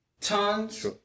tons